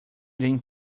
than